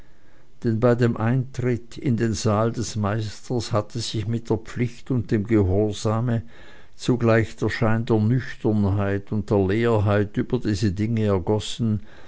denn bei dem eintritte in den saal des meisters hatte sich mit der pflicht und dem gehorsame zugleich der schein der nüchternheit und leerheit über diese dinge ergossen